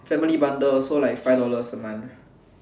family bundle so like five dollar a month